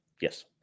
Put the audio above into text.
Yes